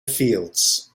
fields